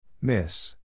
miss